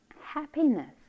happiness